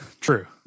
True